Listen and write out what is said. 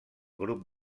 grup